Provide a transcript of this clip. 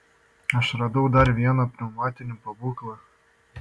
aš radau dar vieną pneumatinį pabūklą